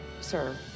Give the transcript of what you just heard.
Sir